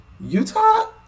Utah